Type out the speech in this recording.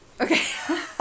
Okay